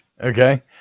Okay